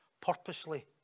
purposely